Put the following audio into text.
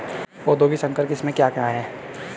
पौधों की संकर किस्में क्या क्या हैं?